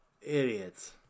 idiots